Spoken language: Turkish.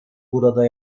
burada